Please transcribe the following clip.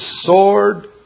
sword